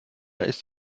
ist